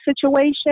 situation